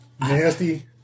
nasty